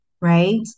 right